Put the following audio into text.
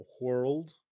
World